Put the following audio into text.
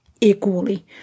equally